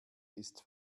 ist